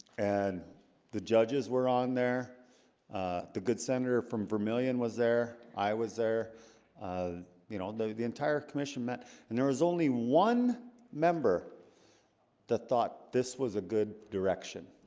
and the judges were on there the good senator from vermillion was there i was there um you know the the entire commission met and there was only one member that thought this was a good direction